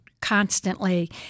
constantly